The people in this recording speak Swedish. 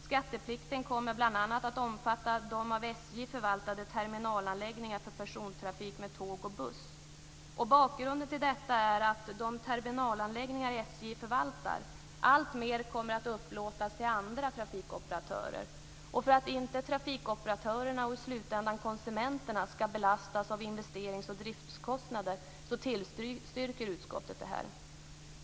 Skatteplikten kommer bl.a. att omfatta av SJ förvaltade terminalanläggningar för persontrafik med tåg och buss. Bakgrunden till detta är att de terminalanläggningar som SJ förvaltar alltmer kommer att upplåtas till andra trafikoperatörer. För att inte trafikoperatörerna och i slutändan konsumenterna ska belastas av investerings och driftskostnader tillstyrker utskottet detta.